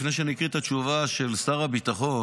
לפני שאני אקריא את התשובה של שר הביטחון,